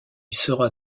sera